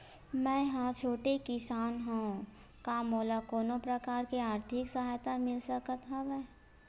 मै ह छोटे किसान हंव का मोला कोनो प्रकार के आर्थिक सहायता मिल सकत हवय?